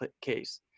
case